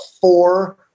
four